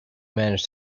manage